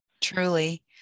truly